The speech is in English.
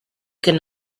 could